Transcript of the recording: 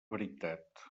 veritat